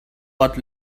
but